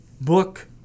book